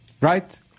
right